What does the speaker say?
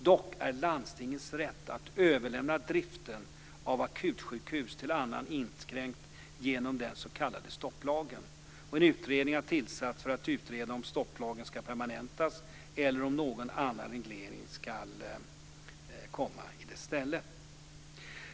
Dock är landstingens rätt att överlämna driften av akutsjukhus till annan inskränkt genom den s.k. stopplagen. En utredning har tillsatts för att utreda om stopplagen ska permanentas eller om någon annan reglering ska komma i dess ställe.